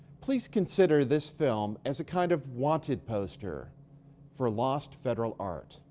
please consider this film as a kind of wanted poster for lost federal art.